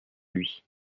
lui